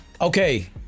Okay